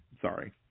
sorry